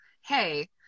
hey